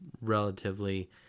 relatively